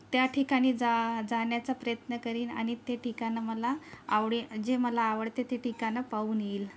त्या ठिकाणी जा जाण्याचा प्रयत्न करीन आणि ते ठिकाणं मला आवडे जे मला आवडते ते ठिकाणं पाहून येईल